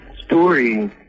story